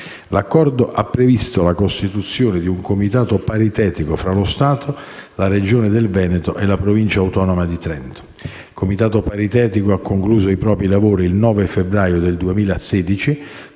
L'accordo ha previsto la costituzione di un comitato paritetico fra lo Stato, la Regione del Veneto e la Provincia autonoma di Trento. Il comitato paritetico ha concluso i propri lavori il 9 febbraio 2016,